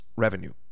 revenue